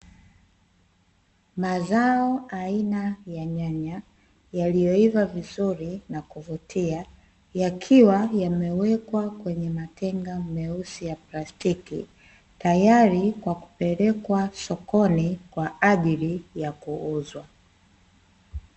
Mazao aina ya nyanya yaliyoiva vizuri na kuvutia, yakiwa yamewekwa kwenye matenga meusi ya plastiki, tayari kwa kupelekwa sokoni kwaajili ya kuuzwa.